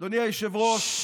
אדוני היושב-ראש,